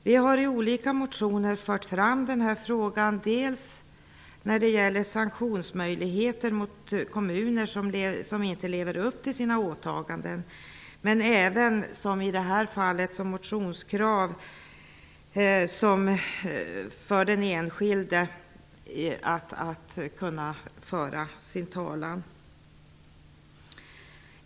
Vi har i olika motioner fört fram frågan om sanktionsmöjligheter mot de kommuner som inte lever upp till sina åtaganden. Vi har även ett motionskrav som gäller den enskildes möjligheter att kunna föra sin talan.